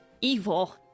evil